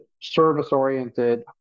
service-oriented